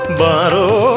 baro